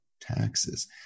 taxes